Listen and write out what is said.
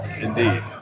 Indeed